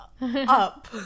up